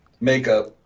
makeup